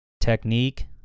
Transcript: technique